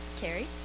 Carrie